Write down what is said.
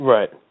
Right